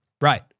Right